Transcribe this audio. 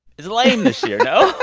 it's lame this year, no?